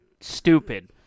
stupid